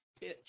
pitch